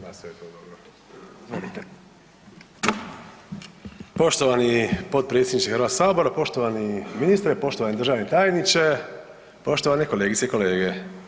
Poštovani potpredsjedniče HS, poštovani ministre, poštovani državni tajniče, poštovane kolegice i kolege.